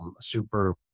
super